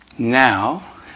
Now